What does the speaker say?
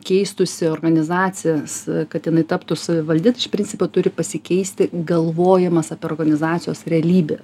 keistųsi organizacijas kad jinai taptų savivaldi iš principo turi pasikeisti galvojimas apie organizacijos realybę